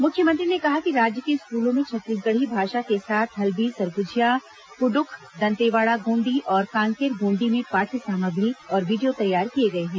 मुख्यमंत्री ने कहा कि राज्य के स्कूलों में छत्तीसगढ़ी भाषा के साथ हल्बी सरगुजिहा कुडुख दंतेवाड़ा गोण्डी और कांकेर गोण्डी में पाठ्य सामग्री और वीडियो तैयार किए गए हैं